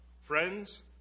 Friends